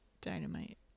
dynamite